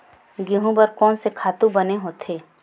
गेहूं बर कोन से खातु बने होथे?